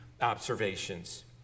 observations